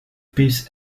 peace